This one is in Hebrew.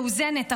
מאוזנת,